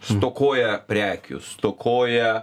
stokoja prekių stokoja